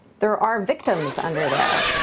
there are victims under there.